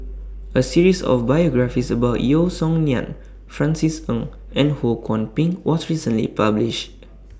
A series of biographies about Yeo Song Nian Francis Ng and Ho Kwon Ping was recently published